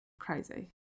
crazy